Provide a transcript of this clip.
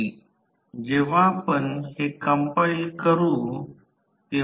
98 आहे ज्यामधून आपल्याला W i 153 वॅट मिळेल तर 0